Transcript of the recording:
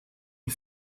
une